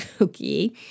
okay